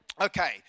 Okay